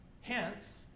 Hence